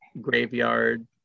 graveyard